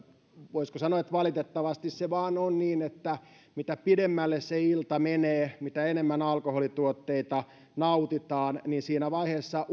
voisiko sanoa valitettavasti se vain on niin että mitä pidemmälle se ilta menee mitä enemmän alkoholituotteita nautitaan niin siinä vaiheessa